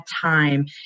time